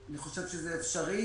אני חושב שזה אפשרי.